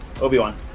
Obi-Wan